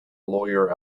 lawyer